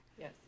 Yes